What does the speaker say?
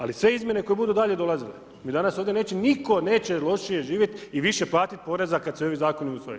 Ali sve izmjene koje budu dalje dolazile, jer danas ovdje neće nitko neće lošije živjeti i više platiti poreza, kada se ovi zakoni u svoje.